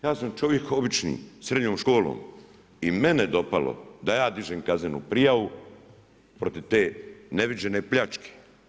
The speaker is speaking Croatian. Ja sam čovjek obično sa srednjom školom i mene dopalo da ja dižem kaznenu prijavu protiv te neviđene pljačke.